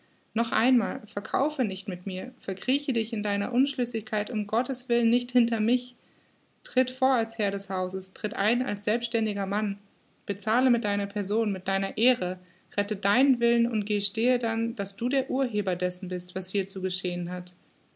noch einmal verkaufe nicht mit mir verkrieche dich in deiner unschlüssigkeit um gottes willen nicht hinter mich tritt vor als herr des hauses tritt ein als selbstständiger mann bezahle mit deiner person mit deiner ehre rette deinen willen und gestehe dann daß du der urheber dessen bist was hier zu geschehen hat